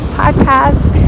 podcast